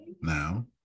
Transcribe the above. Now